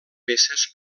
peces